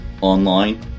online